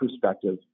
perspective